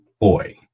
boy